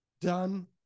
done